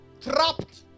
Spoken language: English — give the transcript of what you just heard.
Trapped